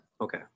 Okay